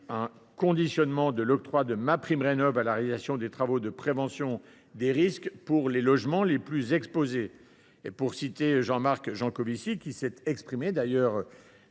8 conditionne l’octroi de MaPrimeRénov’ à la réalisation de travaux de prévention des risques pour les logements les plus exposés. Pour paraphraser Jean Marc Jancovici, qui s’est exprimé sur